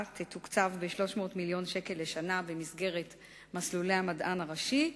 תתוקצב ב-300 מיליון ש"ח לשנה במסגרת מסלולי המדען הראשי,